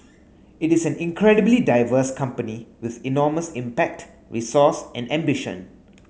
it is an incredibly diverse company with enormous impact resource and ambition